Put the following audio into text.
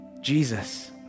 Jesus